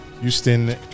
Houston